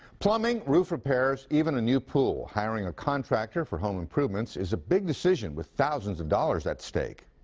plumbing, roof repairs, even a new pool. hiring a contractor for home improvements is a big decision, with thousands of dollars at stake.